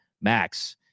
Max